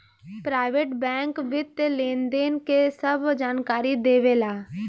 private bank वित्तीय लेनदेन के सभ जानकारी देवे ला